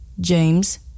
James